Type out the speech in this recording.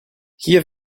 hier